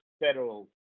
federal